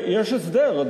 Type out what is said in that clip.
יש הסדר.